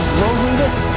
loneliness